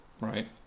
Right